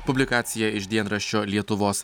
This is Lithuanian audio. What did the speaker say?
publikacija iš dienraščio lietuvos